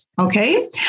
Okay